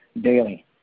daily